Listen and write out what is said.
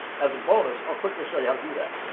as a bonus i'll quickly show you how to do that.